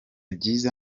byiza